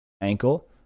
ankle